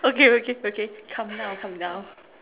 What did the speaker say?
okay okay okay calm down calm down